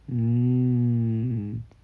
mm